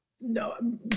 No